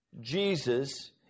Jesus